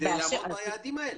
כדי לעמוד ביעדים האלה?